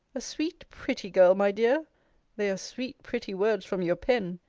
a sweet pretty girl, my dear they are sweet pretty words from your pen.